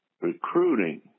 recruiting